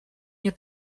nie